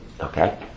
Okay